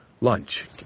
lunch